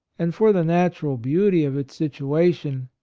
and for the natural beauty of its situ ation,